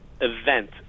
event